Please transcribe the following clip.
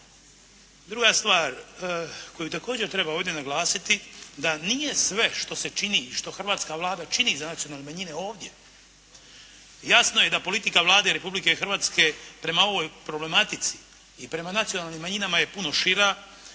Druga stvar, koju također treba ovdje naglasiti da nije sve što se čini što hrvatska Vlada čini za nacionalne manjine ovdje. Jasno je da politika Vlade Republike Hrvatske prema ovoj problematici i prema nacionalnim manjinama je puno šira